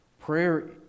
Prayer